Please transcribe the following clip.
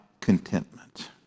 contentment